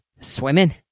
swimming